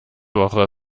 woche